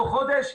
תוך חודש,